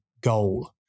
goal